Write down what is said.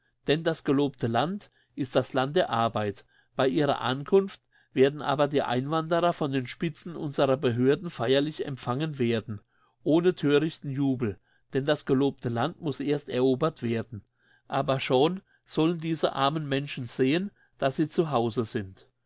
denn das gelobte land ist das land der arbeit bei ihrer ankunft werden aber die einwanderer von den spitzen unserer behörden feierlich empfangen werden ohne thörichten jubel denn das gelobte land muss erst erobert werden aber schon sollen diese armen menschen sehen dass sie zuhause sind